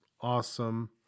awesome